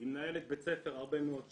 מנהלת בית ספר הרבה מאוד שנים,